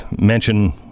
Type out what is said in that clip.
mention